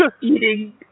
eating